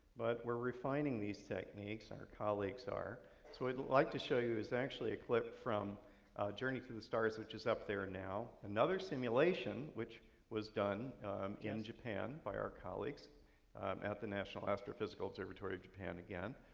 but we're refining these techniques, our colleagues are. so what we'd like to show you is actually a clip from journey to the stars, which is up there now. another simulation which was done um in japan by our colleagues at the national astrophysical observatory of japan again.